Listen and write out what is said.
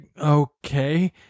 okay